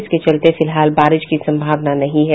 इसके चलते फिलहाल बारिश की संभावना नहीं है